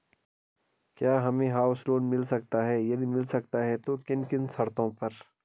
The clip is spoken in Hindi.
क्या हमें हाउस लोन मिल सकता है यदि मिल सकता है तो किन किन शर्तों पर?